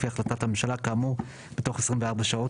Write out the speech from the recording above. יכנסו את הממשלה לפי החלטת הממשלה כאמור בתוך 24 שעות'.